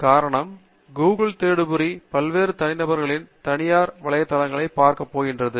காரணம் கூகிள் தேடுபொறி பல்வேறு தனிநபர்களின் தனியார் வலைத்தளங்களை பார்க்க போகிறது